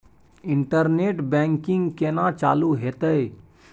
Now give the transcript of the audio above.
Internet banking केना चालू हेते?